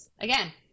again